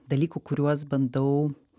dalykų kuriuos bandau